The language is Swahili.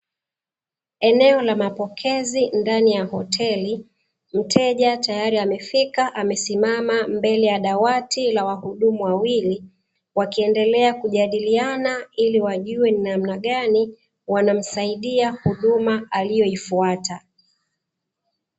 Eneo la mapokezi ndani ya hoteli, mteja tayari amefika amesimama mbele ya dawati la wahudumu wawili, wakiendelea kujadiliana ili wajue ni namna gani wanamsaidia huduma aliyoifuata.